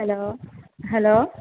hello hello